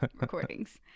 recordings